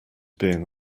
being